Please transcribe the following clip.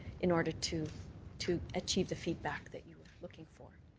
in order to to achieve the feedback that you were looking for.